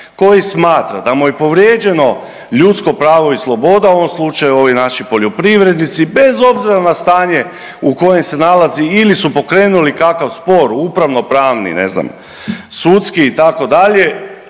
koji smatra da mu je povrijeđeno ljudsko pravo i sloboda u ovom slučaju ovi naši poljoprivrednici bez obzira na stanje u kojem se nalazi ili su pokrenuli kakav spor upravno-pravni, ne znam sudski itd.